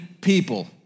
people